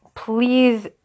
please